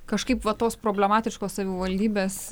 kažkaip va tos problematiškos savivaldybės